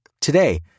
Today